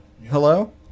Hello